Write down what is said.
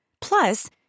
Plus